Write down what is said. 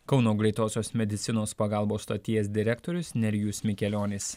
kauno greitosios medicinos pagalbos stoties direktorius nerijus mikelionis